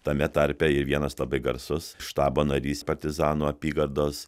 tame tarpe ir vienas labai garsus štabo narys partizanų apygardos